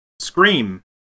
Scream